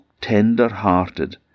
tender-hearted